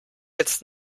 jetzt